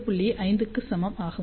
5 க்கு சமம் ஆகும்